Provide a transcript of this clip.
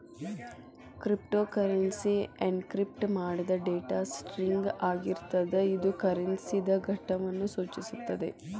cryptocurrency encrypt ಮಾಡಿದ್ data string ಆಗಿರ್ತದ ಇದು ಕರೆನ್ಸಿದ್ ಘಟಕವನ್ನು ಸೂಚಿಸುತ್ತದೆ